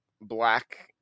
black